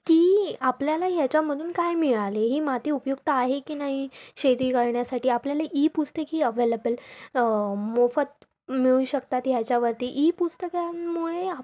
की आपल्याला ह्याच्यामधून काय मिळाले ही माती उपयुक्त आहे की नाही शेती करण्यासाठी आपल्याला इ पुस्तकेही अवेलेबल मोफत मिळू शकतात ह्याच्यावरती इ पुस्तकांमुळे